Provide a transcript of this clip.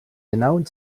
genauen